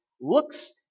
looks